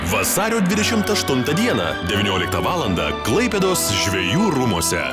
vasario dvidešimt aštuntą dieną devynioliktą valandą klaipėdos žvejų rūmuose